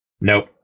Nope